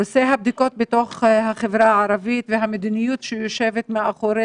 נושא הבדיקות בחברה הערבית והמדיניות שיושבת מאחורי